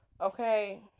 okay